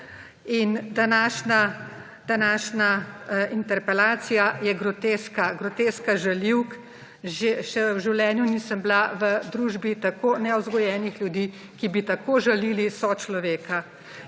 In današnja interpelacija je groteska, groteska žaljivk. Še v življenju nisem bila v družbi tako nevzgojenih ljudi, ki bi tako žalili sočloveka.